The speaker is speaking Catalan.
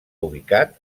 ubicat